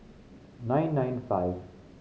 nine nine five